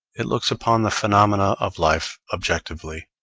it looks upon the phenomena of life objectively,